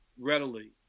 readily